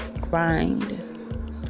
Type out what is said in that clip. grind